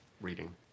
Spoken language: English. Reading